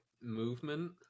movement